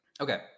Okay